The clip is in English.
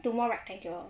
the more rectangular